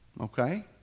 Okay